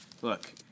look